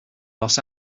los